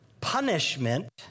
punishment